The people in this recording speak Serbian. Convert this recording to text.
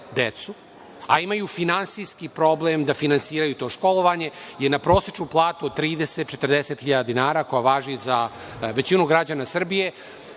a imaju finansijski problem da finansiraju to školovanje, jer na prosečnu platu od 30, 40 hiljada dinara koja važi za većinu građana Srbije